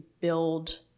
build